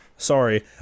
Sorry